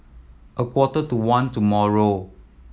a quarter to one tomorrow